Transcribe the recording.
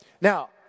Now